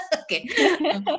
Okay